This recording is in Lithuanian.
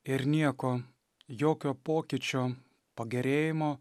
ir nieko jokio pokyčio pagerėjimo